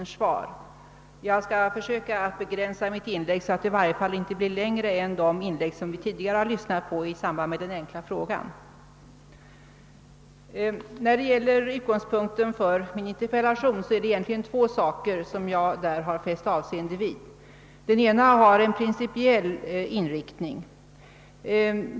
Jag skall emellertid försöka begränsa mitt inlägg så att det i varje fall inte blir längre än de inlägg som vi har lyssnat på i samband med att den enkla frågan besvarades. När jag framställde interpellationen hade jag främst två utgångspunkter. Den ena av dem hade en principiell inriktning.